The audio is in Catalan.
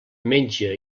metge